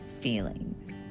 feelings